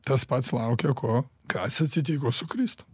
tas pats laukia ko kas atsitiko su kristum